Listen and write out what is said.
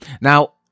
Now